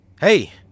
hey